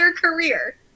career